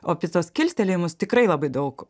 o apie tuos kilstelėjimus tikrai labai daug